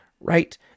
right